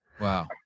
Wow